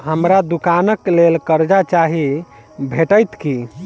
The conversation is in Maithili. हमरा दुकानक लेल कर्जा चाहि भेटइत की?